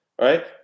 right